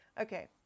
okay